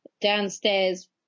downstairs